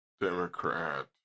Democrat